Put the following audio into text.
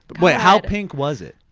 wait, how pink was it?